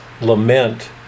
lament